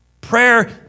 Prayer